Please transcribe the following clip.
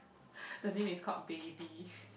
the things we called baby